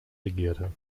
regierte